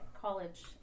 college